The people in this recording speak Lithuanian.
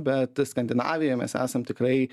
bet skandinavijoj mes esam tikrai